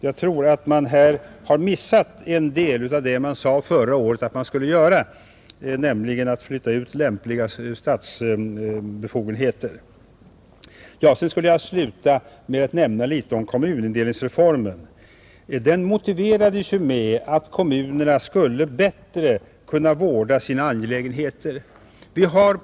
Jag tror att man här har missat en del av det man sade förra året att man skulle göra, nämligen flytta ut lämpliga statsbefogenheter. Jag vill till slut nämna något om kommunindelningsreformen. Den motiverades ju med att kommunerna skulle kunna bättre vårda sina angelägenheter.